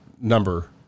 number